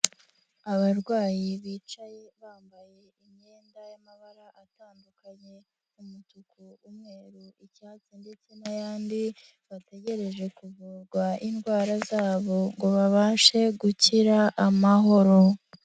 Abarwayi bicaye bambaye imyenda y'amabara atandukanye umutuku, umweru, icyatsi ndetse n'ayandi, bategereje kuvurwa indwara zabo ngo babashe gukira amahoro.